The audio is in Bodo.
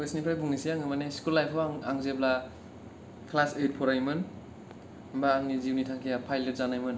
फार्स्थनिफ्राय बुंनोसै आङो माने स्कुल लाइफआव आं जेब्ला क्लास ओइथ फरायोमोन होनबा आंनि जिउनि थांखिआ पायलथ जानायमोन